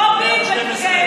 גברתי